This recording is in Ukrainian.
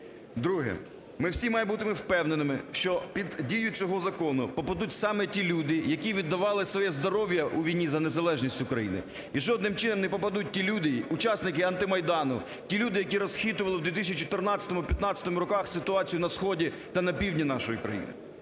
Друге. Ми всі маємо бути впевненими, що під дію цього закону попадуть саме ті люди, які віддавали своє здоров'я у війні за незалежність України і жодним чином не попадуть ті люди, учасники антимайдану, ті люди, які розхитували у 2013-2015 роках ситуацію на сході та на півдні нашої країни.